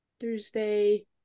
Thursday